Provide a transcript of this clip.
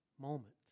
moment